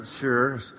sure